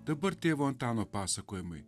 dabar tėvo antano pasakojimai